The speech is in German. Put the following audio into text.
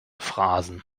phrasen